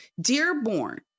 Dearborn